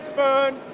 burn,